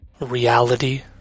reality